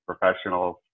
professionals